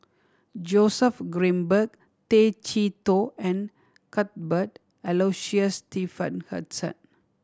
Joseph Grimberg Tay Chee Toh and Cuthbert Aloysius Shepherdson